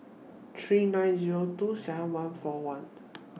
three nine Zero two seven one four one